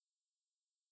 no